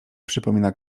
przypomina